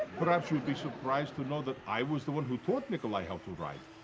perhaps you would be surprised to know that i was the one who taught nicolae how to ride.